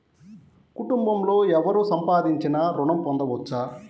కుటుంబంలో ఎవరు సంపాదించినా ఋణం పొందవచ్చా?